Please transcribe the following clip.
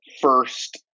first